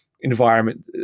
environment